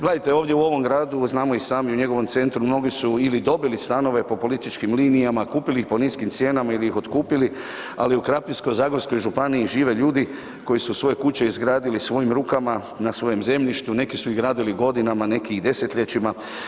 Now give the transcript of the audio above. Gledajte, ovdje u ovom gradu, znamo i sami o njegovom centru, mnogi su ili dobili stanove po političkim linijama, kupili ih po niskim cijenama ili ih otkupili, ali u Krapinsko-zagorskoj županiji žive ljudi koji su svoje kuće izgradili svojim rukama na svojem zemljištu, neki su ih gradili godinama, neki i desetljećima.